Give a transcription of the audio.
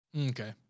Okay